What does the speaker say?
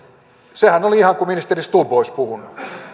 sehän oli ihan kuin ministeri stubb olisi puhunut